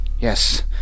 Yes